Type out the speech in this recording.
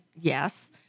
Yes